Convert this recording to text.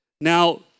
Now